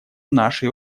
нашей